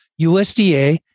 USDA